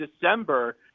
December